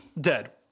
dead